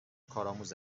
کارآموز